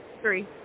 Three